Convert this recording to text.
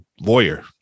lawyer